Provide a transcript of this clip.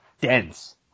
dense